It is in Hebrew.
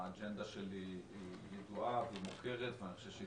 האג'נדה שלי ידועה ומוכרת ואני חושב שהיא